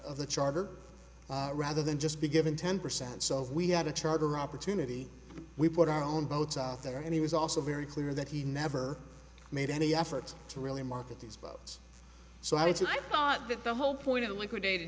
of the charter rather than just be given ten percent so if we had a charter opportunity we put our own boats out there and he was also very clear that he never made any effort to really market these boats so i thought that the whole point of liquidated